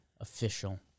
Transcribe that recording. Official